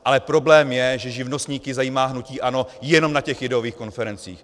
Ale problém je, že živnostníky zajímá hnutí ANO jenom na těch ideových konferencích.